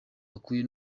ukwiye